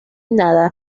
nada